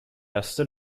erste